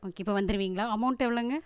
okay இப்போ வந்துருவீங்களா amount எவ்வளோங்க